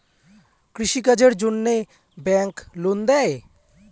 কৃষি কাজের জন্যে ব্যাংক লোন দেয়?